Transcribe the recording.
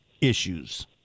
issues